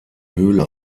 höhle